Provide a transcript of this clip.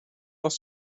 aus